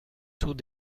tout